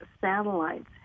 satellites